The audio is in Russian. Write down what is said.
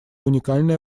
уникальная